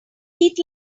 eat